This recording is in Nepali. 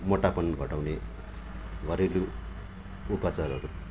मोटापन घटाउने घरेलु उपचारहरू